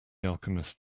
alchemist